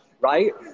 right